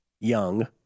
young